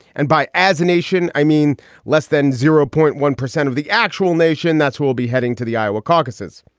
and by as a nation, i mean less than zero point one percent of the actual nation. that's we'll be heading to the iowa caucuses.